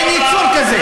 אין יצור כזה.